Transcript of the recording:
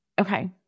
Okay